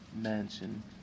Mansion